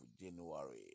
January